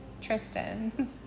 tristan